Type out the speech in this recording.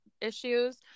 issues